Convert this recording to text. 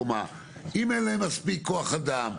אם אין להן מספיק כוח אדם,